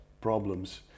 problems